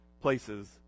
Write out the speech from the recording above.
places